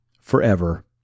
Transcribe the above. forever